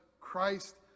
Christ